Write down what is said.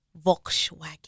Volkswagen